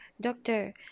Doctor